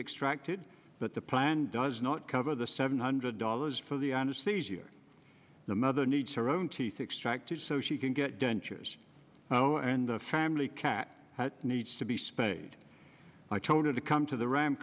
extracted but the plan does not cover the seven hundred dollars for the anesthesia the mother needs her own teeth extracted so she can get dentures and the family cat needs to be spayed i told her to come to the ram